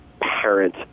parent